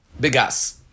begas